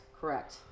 correct